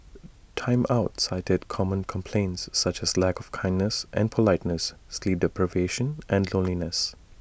Time Out cited common complaints such as lack of kindness and politeness sleep deprivation and loneliness